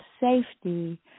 safety